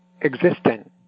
existing